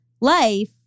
life